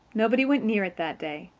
nobody went near it that day.